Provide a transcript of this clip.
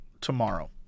tomorrow